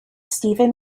steven